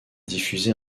diffusé